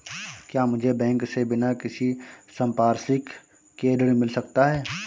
क्या मुझे बैंक से बिना किसी संपार्श्विक के ऋण मिल सकता है?